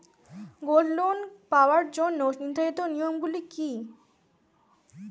Gold loan পাওয়ার জন্য নির্ধারিত নিয়ম গুলি কি?